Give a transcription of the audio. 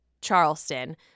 Charleston